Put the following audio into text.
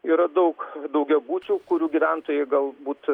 yra daug daugiabučių kurių gyventojai galbūt